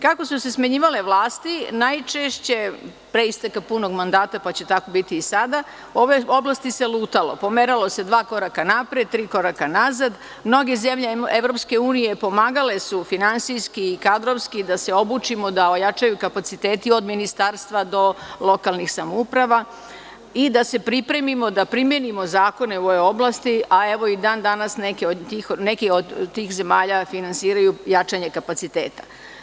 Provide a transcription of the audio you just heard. Kako su se smenjivale vlasti, najčešće, pre isteka punog mandata, pa će tako biti i sada, u ovoj oblasti se lutalo, pomeralo se dva koraka napred, tri koraka nazad, mnoge zemlje EU pomagale su finansijski i kadrovski da se obučimo, da ojačaju kapaciteti od ministarstva do lokalnih samouprava i da se pripremimo da primenimo zakone u ovoj oblasti, a evo i dan danas neke od tih zemalja finansiraju jačanje kapaciteta.